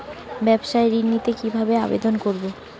ব্যাবসা ঋণ নিতে কিভাবে আবেদন করব?